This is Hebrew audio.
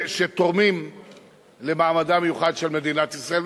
שתורמים למעמדה המיוחד של מדינת ישראל.